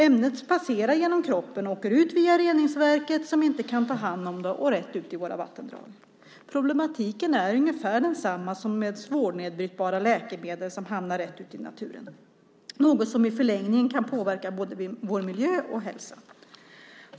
Ämnet passerar genom kroppen och åker via reningsverket, som inte kan ta hand om det, rätt ut i våra vattendrag. Problematiken är ungefär densamma som med svårnedbrytbara läkemedel som hamnar i naturen, något som i förlängningen kan påverka både vår miljö och vår hälsa.